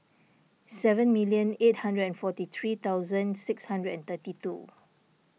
seven million eight hundred and forty three thousand six hundred and thirty two